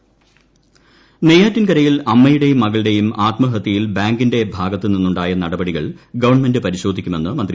P Jayarajan നെയ്യാറ്റിൻകരയിൽ അമ്മയുടെയും മകളുടെയും ആത്മഹത്യയിൽ ബാങ്കിന്റെ ഭാഗത്തു നിന്നുണ്ടായ നടപടികൾ ഗവൺമെന്റ് പരിശോധിക്കുമെന്ന് മന്ത്രി